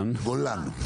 גולן.